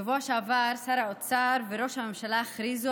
בשבוע שעבר שר האוצר וראש הממשלה הכריזו